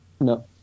No